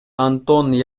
антон